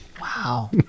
Wow